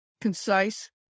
concise